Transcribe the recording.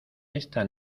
esta